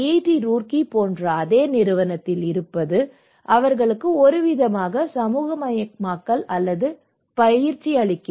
D Roorkee போன்ற அதே நிறுவனத்தில் இருப்பது அவர்களுக்கு ஒருவிதமான சமூகமயமாக்கல் அல்லது பயிற்சியளிக்கிறது